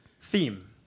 theme